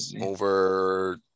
over